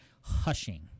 hushing